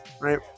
Right